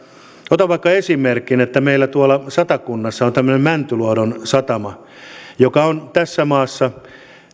otan vaikka esimerkin että meillä tuolla satakunnassa on tämmöinen mäntyluodon satama joka on tässä maassa